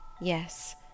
Yes